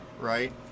right